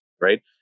right